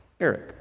Eric